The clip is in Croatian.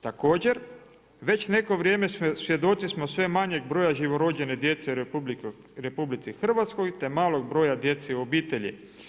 Također, već neko vrijeme svjedoci smo sve manjeg broja živorođene djece u RH, te malog broja djece i obitelji.